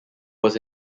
was